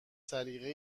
سلیقه